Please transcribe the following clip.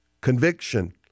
Conviction